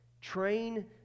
Train